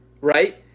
right